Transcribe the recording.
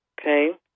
okay